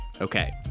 Okay